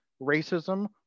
racism